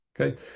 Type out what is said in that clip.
Okay